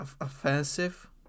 offensive